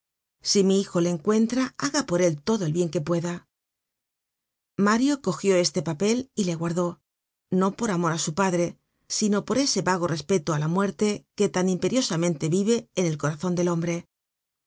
si mi hijo le encuentra haga por él todo el bien que pueda mario cogió este papel y le guardó no por amor á su padre sino por ese vago respeto á la muerte que tan imperiosamente vive en el corazon del hombre